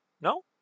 No